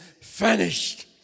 finished